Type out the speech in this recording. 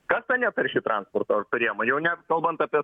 kas ta netraši transporto priemonė jau net kalbant apie